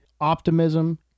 optimism